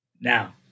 Now